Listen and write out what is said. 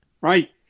Right